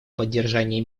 поддержания